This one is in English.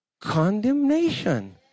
condemnation